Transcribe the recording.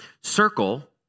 Circle